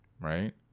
right